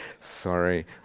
Sorry